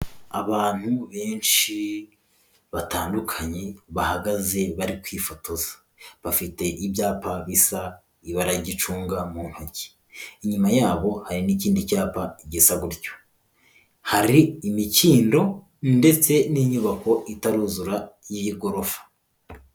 Abantu benshi batandukanye bahagaze bari kwifotoza, bafite ibyapa bisa ibara ry'icunga mu ntoki. Inyuma yabo hari n'ikindi cyapa igisa gutyo. Hari imikindo ndetse n'inyubako itaruzura y'iyi gorofa.